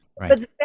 right